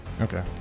Okay